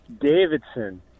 Davidson